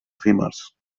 efímers